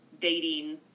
dating